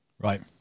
Right